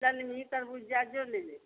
तरबूजा जो ले लें